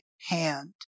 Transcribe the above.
hand